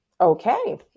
okay